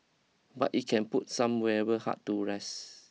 but it can put some weary heart to rest